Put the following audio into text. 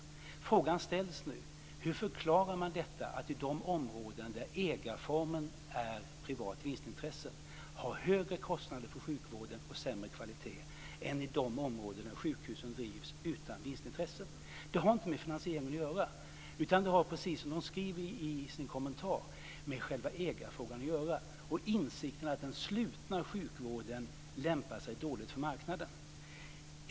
Den fråga som ställs nu är hur man förklarar att de områden där ägarformen är privata vinstintressen har högre kostnader för sjukvården och sämre kvalitet än de områden där sjukhusen drivs utan vinstintresse. Det har inte med finansieringen att göra, utan det har, precis som de skriver i sin kommentar, med själva ägarfrågan att göra och insikten att den slutna sjukvården lämpar sig dåligt för marknaden.